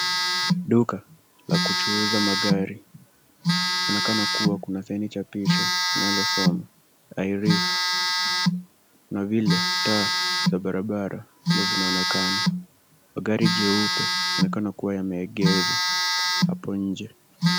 Duka la kuchuuza magari. Inaonekana kuwa kunalo chapisho linalosoma AIREEF. Na vile, taa za barabarani zinaonekana. Magari meupe yanaonekana kuwa yameegezwa hapo nje.